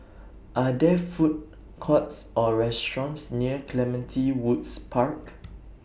Are There Food Courts Or restaurants near Clementi Woods Park